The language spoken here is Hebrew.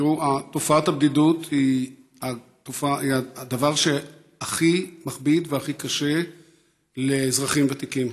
תופעת הבדידות היא הדבר שהכי מכביד והכי קשה לאזרחים ותיקים,